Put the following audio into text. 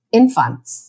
infants